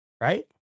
right